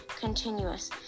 continuous